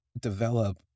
develop